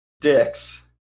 dicks